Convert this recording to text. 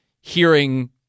Hearing